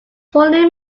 follow